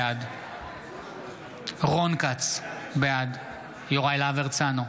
בעד רון כץ, בעד יוראי להב הרצנו,